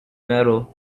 narrow